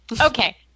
Okay